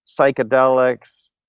psychedelics